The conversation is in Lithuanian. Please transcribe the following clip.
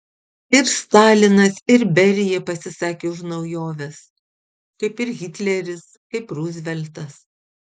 ir stalinas ir berija pasisakė už naujoves kaip ir hitleris kaip ruzveltas